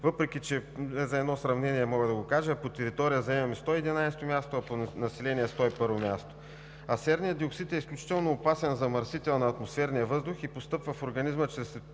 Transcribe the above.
въпреки че – за сравнение мога да го кажа, по територия заемаме 111 място, а по население 101 място. Серният диоксид е изключително опасен замърсител на атмосферния въздух и постъпва в организма чрез